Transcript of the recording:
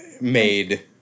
made